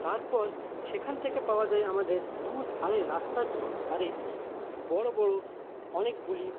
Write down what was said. তারপর সেখান থেকে পাওয়া যায় আমাদের দুধারে রাস্তার দুধারে বড়ো বড়ো অনেকগুলি